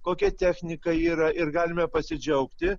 kokia technika yra ir galime pasidžiaugti